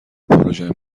پروژه